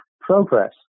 progress